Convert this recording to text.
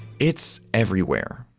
it's everywhere.